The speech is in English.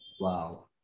Wow